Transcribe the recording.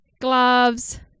gloves